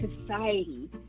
society